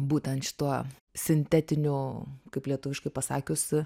būtent šituo sintetiniu kaip lietuviškai pasakius